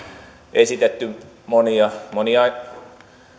esitetty monia monia